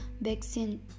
Vaccine